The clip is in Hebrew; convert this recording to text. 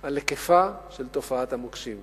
על היקפה של תופעת המוקשים.